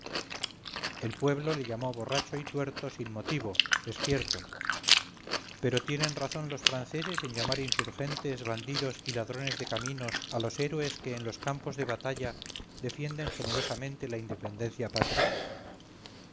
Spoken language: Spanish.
el pueblo le llamó borracho y tuerto sin motivo es cierto pero tienen razón los franceses en llamar insurgentes bandidos y ladrones de caminos a los héroes que en los campos de batalla defienden generosamente la independencia patria